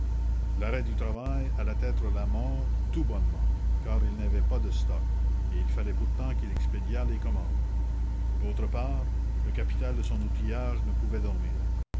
l'arrêt du travail allait être la mort tout bonnement car il n'avait pas de stock et il fallait pourtant qu'il expédiât les commandes d'autre part le capital de son outillage ne pouvait dormir